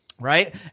Right